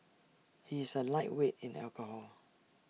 he is A lightweight in alcohol